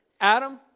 Adam